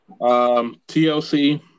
TLC